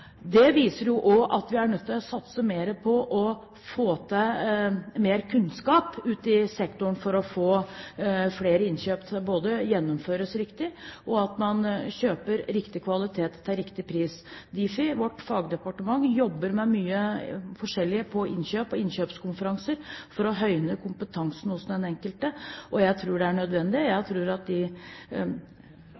Det viser også at vi er nødt til å satse mer på å få mer kunnskap ut i sektoren, både slik at flere innkjøp gjennomføres riktig, og slik at man kjøper riktig kvalitet til riktig pris. Difi, vårt fagdirektorat, jobber med mye forskjellig når det gjelder innkjøp og innkjøpskonferanser, for å høyne kompetansen hos den enkelte, og jeg tror det er nødvendig. Jeg